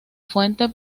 fuente